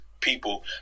people